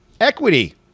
Equity